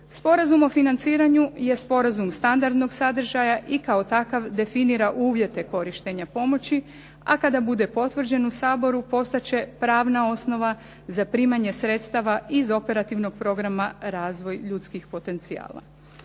Sporazum o financiranju je sporazum standardnog sadržaja i kao takav definira uvjete korištenja pomoći a kada bude potvrđen u Saboru postat će pravna osnova za primanje sredstava iz operativnog programa "Razvoj ljudskih potencijala".